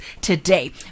today